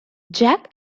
jack